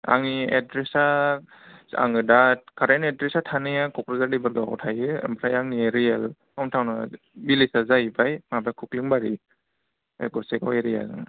आंनि एडरेसआ आङो दा कारेन्ट एडरेसआ थानाया क'क्राझार देबोरगावआव थायो ओम्फ्राय आंनि रियेल हमटाउना भिलेजआ जाहैबाय माबा खख्लिंबारि गसाइगाव एरिया